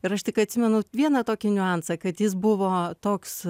ir aš tik atsimenu vieną tokį niuansą kad jis buvo toks